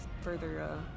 further